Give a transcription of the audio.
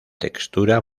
textura